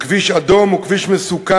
הוא כביש אדום, הוא כביש מסוכן.